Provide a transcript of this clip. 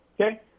Okay